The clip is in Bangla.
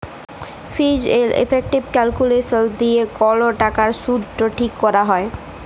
ফিজ এলড ইফেকটিভ ক্যালকুলেসলস দিয়ে কল টাকার শুধট ঠিক ক্যরা হ্যয়